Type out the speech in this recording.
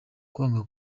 kwanga